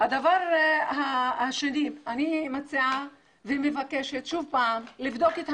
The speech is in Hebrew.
הדבר הנוסף שאני רוצה לדבר עליו- אני חושבת שאין שום פרופורציה